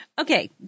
Okay